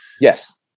Yes